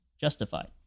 justified